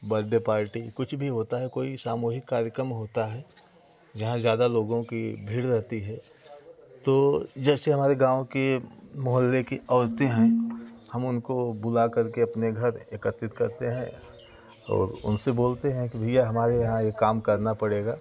birthday party कुछ भी होता है कोई सामूहिक कार्यक्रम होता है जहाँ ज़्यादा लोगों कि भीड़ रहती है तो जैसे हमारे गाँव कि मोहल्ले की औरतें हैं हम उनको बुलाकर के अपने घर एकत्रित करते हैं और उनसे बोलते हैं कि भैया हमारे यहाँ ये काम करना पड़ेगा